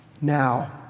now